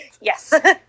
Yes